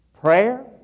Prayer